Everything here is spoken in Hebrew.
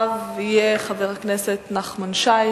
כדי לחסוך רכישת קרקעות שמעמידים לרשותם,